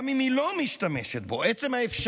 גם אם היא לא משתמשת בו, עצם האפשרות